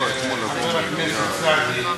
חבר הכנסת סעדי,